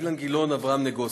אילן גילאון ואברהם נגוסה.